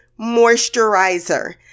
Moisturizer